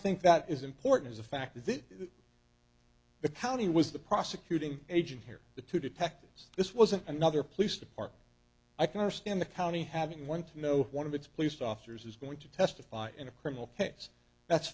think that is important is the fact that the county was the prosecuting agent here the two detectives this wasn't another police department i can understand the county having one to know one of its police officers is going to testify in a criminal case that's